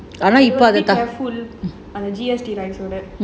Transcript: you must be careful err the G_S_T rise all that